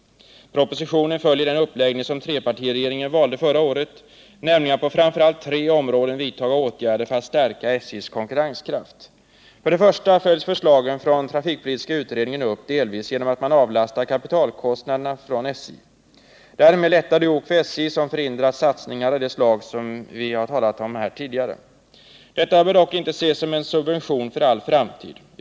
Propositionen följer den uppläggning som trepartiregeringen valde förra året, nämligen att på framför allt tre områden vidtaga åtgärder för att stärka SJ:s konkurrenskraft. För det första följs förslagen från den trafikpolitiska utredningen upp delvis genom att man avlastar SJ kapitalkostnader. Därmed lättar det ok för SJ som förhindrat satsningar av det slag som vi här tidigare talat om. Detta bör dock inte ses som en subvention för äll framtid.